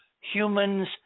humans